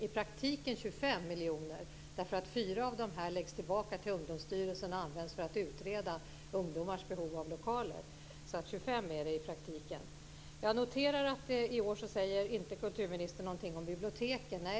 I praktiken är det Ungdomsstyrelsen och används för att utreda ungdomars behov av lokaler. Jag noterar att kulturministern inte säger något i år om biblioteken.